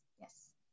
Yes